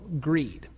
greed